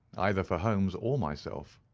either for holmes or myself.